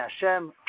Hashem